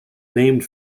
named